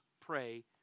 pray